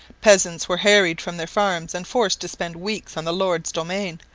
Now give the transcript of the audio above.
peasants were harried from their farms and forced to spend weeks on the lord's domain,